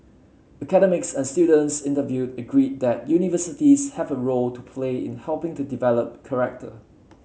academics and students interviewed agreed that universities have a role to play in helping to develop character